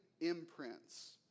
imprints